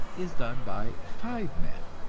is done by five men,